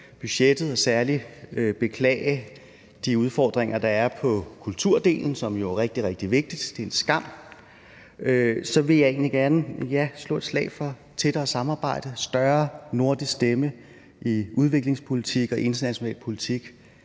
jeg med skam særlig beklage de udfordringer, der er på kulturdelen, som jo er rigtig, rigtig vigtig, og så vil jeg egentlig gerne slå et slag for et tættere samarbejde, en større nordisk stemme i udviklingspolitik og international politik